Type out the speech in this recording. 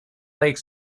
lake